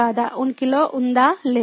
ఉనికిలో ఉందా లేదా